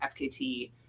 FKT